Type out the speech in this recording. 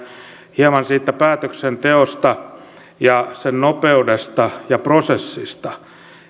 hieman siitä päätöksenteosta ja sen nopeudesta ja prosessista